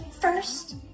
first